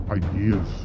ideas